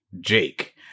Jake